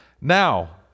Now